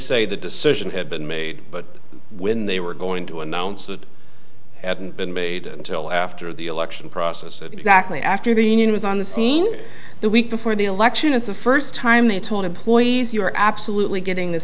say the decision had been made but when they were going to announce it hadn't been made until after the election process exactly after the union was on the scene the week before the election as the first time they told employees you are absolutely getting this